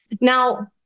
Now